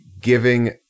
giving